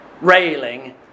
railing